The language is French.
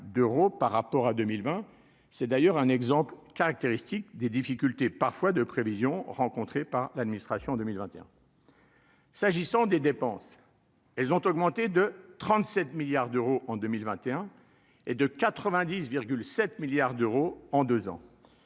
par rapport à 2020, c'est d'ailleurs un exemple caractéristique des difficultés parfois de prévisions rencontrés par l'administration 2021. S'agissant des dépenses, elles ont augmenté de 37 milliards d'euros en 2021 et de 90 7 milliards d'euros en 2 ans